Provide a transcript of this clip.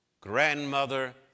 grandmother